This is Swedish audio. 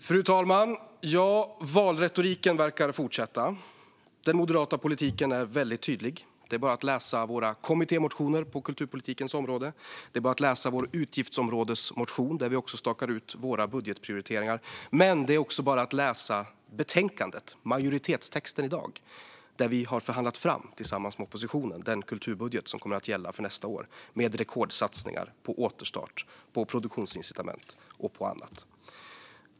Fru talman! Valretoriken verkar fortsätta. Den moderata politiken är väldigt tydlig. Det är bara att läsa våra kommittémotioner på kulturpolitikens område. Det är bara att läsa vår utgiftsområdesmotion, där vi också stakar ut våra budgetprioriteringar. Men det är också bara att läsa betänkandet och majoritetstexten, där vi tillsammans med oppositionen har förhandlat fram den kulturbudget som kommer att gälla för nästa år. Den innehåller rekordsatsningar på återstart, på produktionsincitament och på annat.